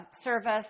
service